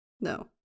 No